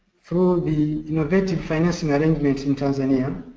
through the innovative financing arrangement in tanzania,